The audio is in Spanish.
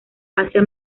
asia